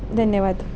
धन्यवाद